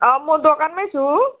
अँ म दोकानमै छु